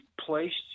placed